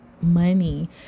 money